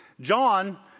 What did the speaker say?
John